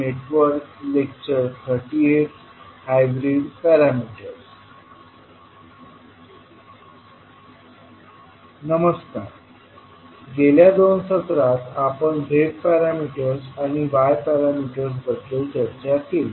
नमस्कार गेल्या दोन सत्रात आपण z पॅरामीटर्स आणि y पॅरामीटर्स बद्दल चर्चा केली